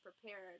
prepared